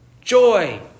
joy